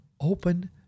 open